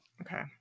okay